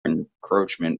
encroachment